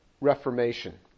reformation